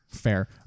Fair